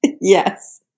Yes